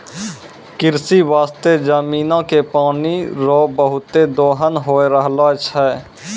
कृषि बास्ते जमीनो के पानी रो बहुते दोहन होय रहलो छै